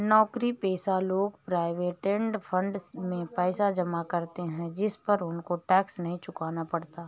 नौकरीपेशा लोग provident fund में पैसा जमा करते है जिस पर उनको टैक्स नहीं चुकाना पड़ता